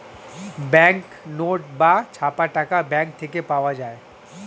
bank note বা ছাপা টাকা ব্যাঙ্ক থেকে পাওয়া যায়